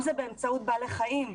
אם זה באמצעות בעלי חיים,